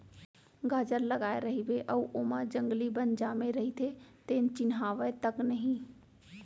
गाजर लगाए रइबे अउ ओमा जंगली बन जामे रइथे तेन चिन्हावय तक नई